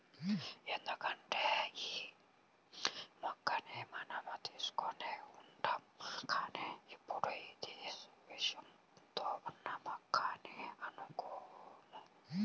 ఎందుకంటే యీ మొక్కని మనం చూస్తూనే ఉంటాం కానీ ఎప్పుడూ ఇది విషంతో ఉన్న మొక్క అని అనుకోము